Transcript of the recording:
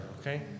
okay